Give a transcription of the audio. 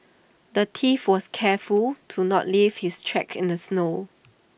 the thief was careful to not leave his tracks in the snow